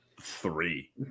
three